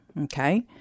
Okay